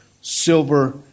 silver